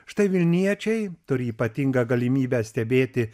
štai vilniečiai turi ypatingą galimybę stebėti